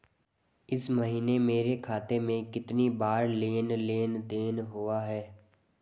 इस महीने मेरे खाते में कितनी बार लेन लेन देन हुआ है?